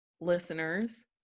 listeners